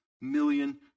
million